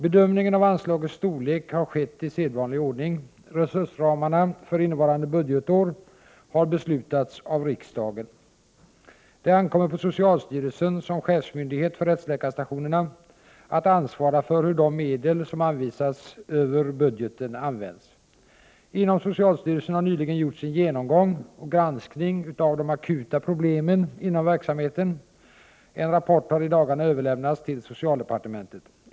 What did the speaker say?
Bedömningen av anslagets storlek har skett i sedvanlig ordning. Resursramarna för innevarande budgetår har beslutats av riksdagen. Det ankommer på socialstyrelsen, som chefsmyndighet för rättsläkarstationerna, att ansvara för hur de medel som anvisats över budgeten används. Inom socialstyrelsen har det nyligen gjorts en genomgång och granskning av de akuta problemen inom verksamheten. En rapport har i dagarna överlämnats till socialdepartementet.